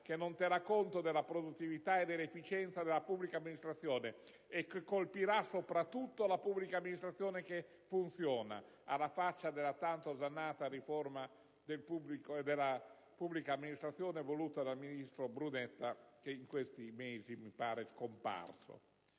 che non terrà conto della produttività e dell'efficienza nella pubblica amministrazione, che ne colpirà soprattutto quella parte che funziona, alla faccia della tanto osannata riforma della pubblica amministrazione voluta dal ministro Brunetta, che in questi mesi mi pare scomparso.